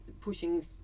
pushing